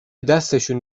دستشون